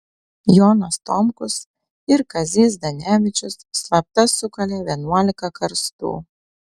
jonas tomkus ir kazys zdanevičius slapta sukalė vienuolika karstų